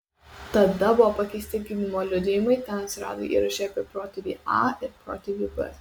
tada buvo pakeisti gimimo liudijimai ten atsirado įrašai apie protėvį a ir protėvį b